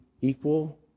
equal